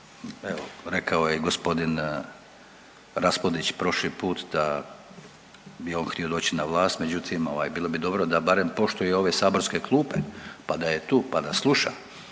evo, rekao je i g. Raspudić prošli put da bi on htio doći na vlast, međutim, ovaj bilo bi dobro da barem poštuje ove saborske klupe da je tu pa da sluša,